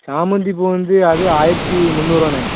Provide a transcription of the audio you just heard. சாமந்திப்பூ வந்து அது ஆயிரத்தி முந்நூறுவாண்ணே